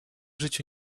życiu